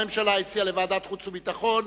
הממשלה הציעה זאת לוועדת החוץ והביטחון,